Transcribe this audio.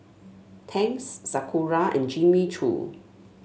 Tangs Sakura and Jimmy Choo